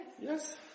Yes